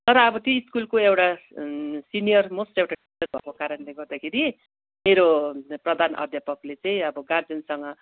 तर अब ती स्कुलको एउटा सिनियर मोस्ट एउटा टिचर भएको कारणले गर्दाखेरि मेरो प्रधान अध्यापकले चाहिँ अब गार्जेनसँग